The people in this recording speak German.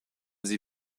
sie